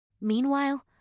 Meanwhile